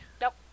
nope